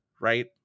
right